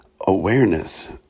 awareness